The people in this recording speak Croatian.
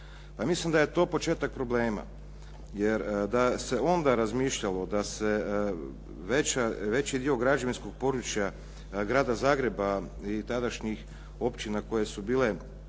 mislim da je to početak problema, jer da se onda razmišljalo, da se veći dio građevinskog područja grada Zagreba i tadašnjih općina koje su bile